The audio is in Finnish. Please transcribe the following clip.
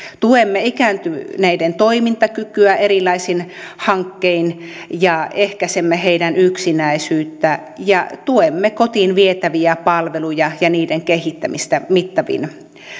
tuemme ikääntyneiden toimintakykyä erilaisin hankkein ja ehkäisemme heidän yksinäisyyttään ja tuemme kotiin vietäviä palveluja ja niiden kehittämistä mittavin